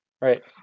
right